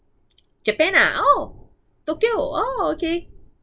Japan ah oh tokyo oh okay